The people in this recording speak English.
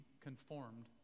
conformed